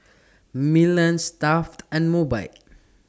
Milan Stuff'd and Mobike